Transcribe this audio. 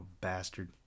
bastard